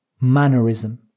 mannerism